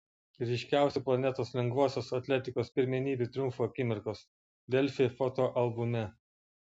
ryškiausių planetos lengvosios atletikos pirmenybių triumfų akimirkos delfi fotoalbume